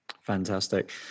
fantastic